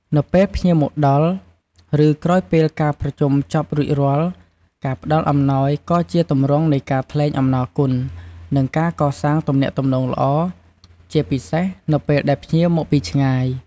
នៅពេលភ្ញៀវមកដល់ ឬក្រោយពេលការប្រជុំចប់រួចរាល់ ការផ្តល់អំណោយ ក៏ជាទម្រង់នៃការថ្លែងអំណរគុណ និងការកសាងទំនាក់ទំនងល្អ ជាពិសេសនៅពេលដែលភ្ញៀវមកពីឆ្ងាយ។